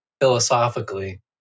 philosophically